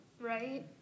Right